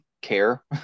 care